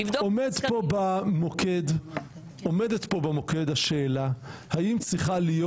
עומדת פה במוקד השאלה האם צריכה להיות